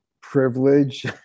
Privilege